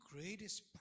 greatest